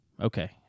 Okay